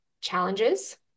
challenges